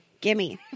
Gimme